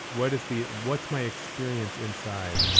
what is the what's my experience inside?